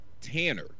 Tanner